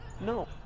No